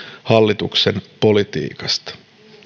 hallituksen politiikasta